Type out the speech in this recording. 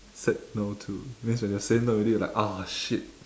said no to means when you say no already you're like oh shit